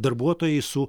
darbuotojai su